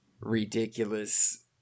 ridiculous